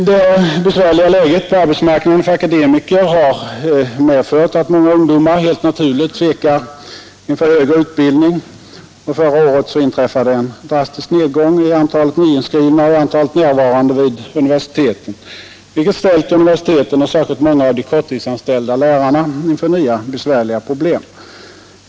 Det besvärliga läget på arbetsmarknaden för akademiker har medfört att många ungdomar helt naturligt tvekar inför högre utbildning, och förra året inträffade en drastisk nedgång i antalet nyinskrivna och i antalet närvarande vid universiteten, vilket ställde universiteten och särskilt många av de korttidsanställda lärarna inför nya besvärliga problem.